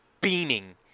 beaming